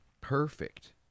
perfect